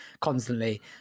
constantly